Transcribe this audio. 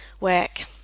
work